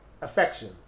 affection